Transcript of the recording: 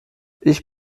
ich